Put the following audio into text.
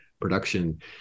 production